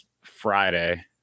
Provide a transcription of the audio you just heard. Friday